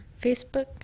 Facebook